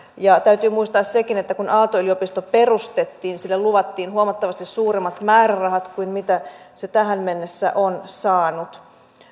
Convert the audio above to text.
ja täytyy muistaa sekin että kun aalto yliopisto perustettiin sille luvattiin huomattavasti suuremmat määrärahat kuin mitä se tähän mennessä on saanut